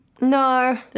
No